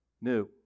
new